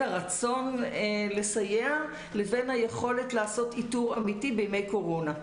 הרצון לסייע לבין היכולת לעשות איתור אמיתי בימי קורונה.